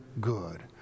good